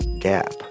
gap